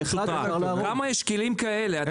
כמה כלים כאלה יש?